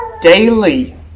daily